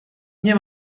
nie